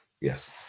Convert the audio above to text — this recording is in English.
yes